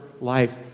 life